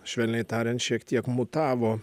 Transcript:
švelniai tariant šiek tiek mutavo